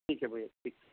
ठीक है भैया ठीक